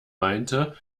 meinte